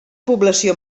població